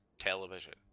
television